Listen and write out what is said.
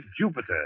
Jupiter